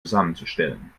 zusammenzustellen